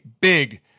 big